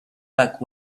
back